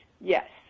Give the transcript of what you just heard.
yes